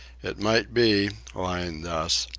it might be, lying thus,